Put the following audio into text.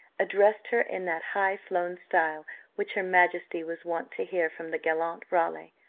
addressed her in that high-flown style which her majesty was wont to hear from the gallant raleigh,